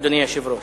אדוני היושב-ראש.